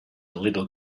little